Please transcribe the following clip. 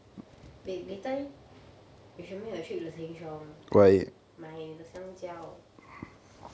wait later if you make a trip to sheng siong 买 the 香蕉